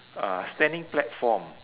uh standing platform